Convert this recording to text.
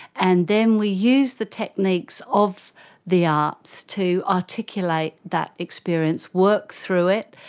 and then we use the techniques of the arts to articulate that experience, work through it,